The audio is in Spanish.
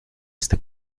este